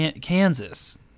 Kansas